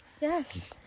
Yes